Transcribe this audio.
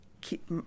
keep